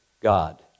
God